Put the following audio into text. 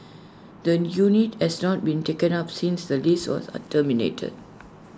the unit has not been taken up since the lease was A terminated